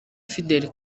fidel